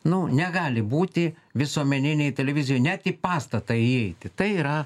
nu negali būti visuomeninėj televizijoj net į pastatą įeiti tai yra